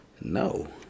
No